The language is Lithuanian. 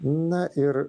na ir